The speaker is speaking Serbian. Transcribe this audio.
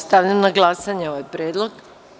Stavljam na glasanje ovaj predlog.